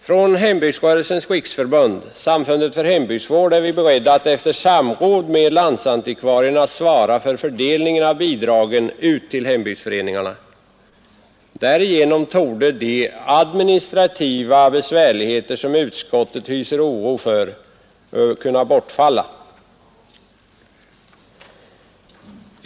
Från Hembygdsrörelsens riksförbund — Samfundet för hembygdsvård — är vi beredda att efter samråd med landsantikvarierna svara för fördelningen av bidragen ut till hembygdsföreningarna. Därigenom borde de administrativa besvärligheter som utskottet hyser oro för kunna bortfalla.